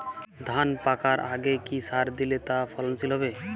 ধান পাকার আগে কি সার দিলে তা ফলনশীল হবে?